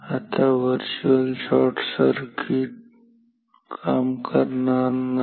आता virtual short circuit काम करणार नाही